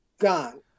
gone